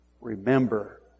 remember